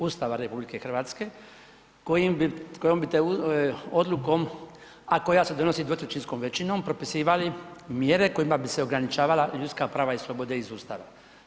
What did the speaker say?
Ustava RH kojim bi odlukom, a koja se donosi dvotrećinskom većinom propisivali mjere kojima bi se ograničavala ljudska prava i slobode iz Ustava.